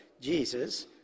Jesus